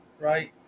right